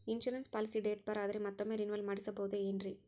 Insurance policy date ಬಾರ್ ಆದರೆ ಮತ್ತೊಮ್ಮೆ ರಿನಿವಲ್ ಮಾಡಿಸಬಹುದೇ ಏನ್ರಿ?